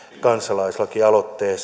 kansalaislakialoitteen